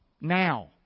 Now